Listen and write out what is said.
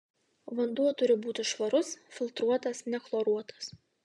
vanduo turi būti švarus filtruotas nechloruotas